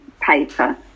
paper